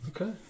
Okay